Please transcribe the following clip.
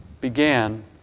began